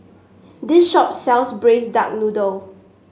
this shop sells Braised Duck Noodle